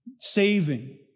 saving